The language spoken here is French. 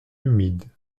humides